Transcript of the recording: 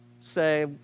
say